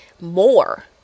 more